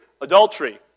Adultery